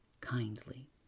kindly